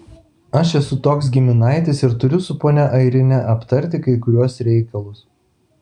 aš esu toks giminaitis ir turiu su ponia airine aptarti kai kuriuos reikalus